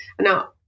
Now